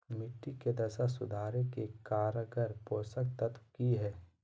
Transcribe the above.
मिट्टी के दशा सुधारे के कारगर पोषक तत्व की है?